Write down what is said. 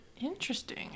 Interesting